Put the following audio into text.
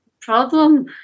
problem